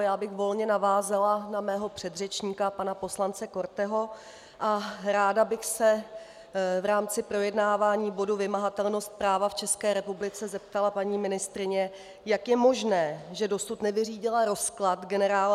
Já bych volně navázala na svého předřečníka pana poslance Korteho a ráda bych se v rámci projednávání bodu vymahatelnost práva v České republice zeptala paní ministryně, jak je možné, že dosud nevyřídila rozklad gen.